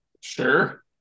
Sure